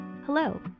Hello